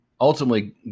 Ultimately